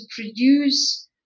produce